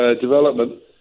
development